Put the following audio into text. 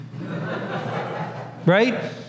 Right